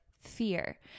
fear